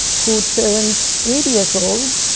who turned eighty years old,